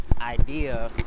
idea